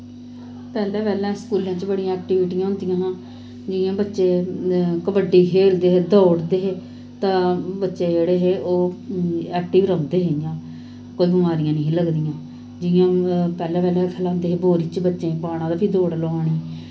पैह्लें पैह्लें स्कूलैं च बड़ियां ऐक्टिविटियां होंदियां हां जि'यां बच्चे कबड्डी खेलदे हे दौड़दे हे तां बच्चे जेह्ड़े हे ऐक्टिव रौंह्दे हे इ'यां कोई बमारियां नेईं हियां लगदियां जि'यां पैह्लें पैह्लें खलांदे हे बोरी च बच्चें गी पाना ते फ्ही दौड़ लोआनी